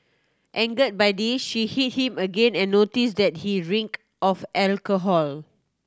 angered by this she hit him again and noticed that he reeked of alcohol